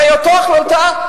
הרי אותה החלטה,